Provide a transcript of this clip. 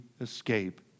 escape